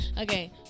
Okay